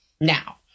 now